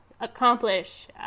accomplish